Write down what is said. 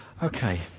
Okay